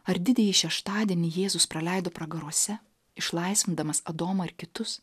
ar didįjį šeštadienį jėzus praleido pragaruose išlaisvindamas adomą ir kitus